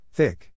Thick